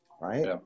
right